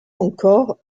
encore